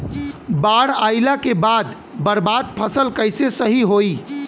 बाढ़ आइला के बाद बर्बाद फसल कैसे सही होयी?